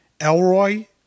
Elroy